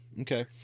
Okay